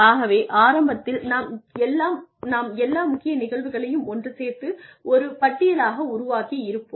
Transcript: ஆகவே ஆரம்பத்தில் நாம் எல்லா முக்கிய நிகழ்வுகளையும் ஒன்று சேர்த்து ஒரு பட்டியலாக உருவாக்கி இருப்போம்